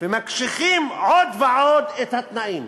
ומקשיחים עוד ועוד את התנאים.